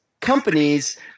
companies